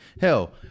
Hell